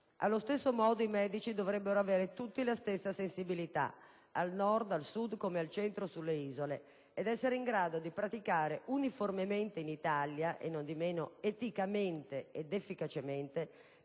Allo stesso modo i medici dovrebbero avere tutti la stessa sensibilità, al Nord, al Sud, come al Centro e nelle Isole, ed essere in grado di praticare uniformemente in Italia, e non di meno eticamente ed efficacemente,